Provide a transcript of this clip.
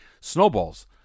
snowballs